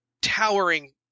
towering